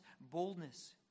boldness